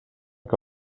que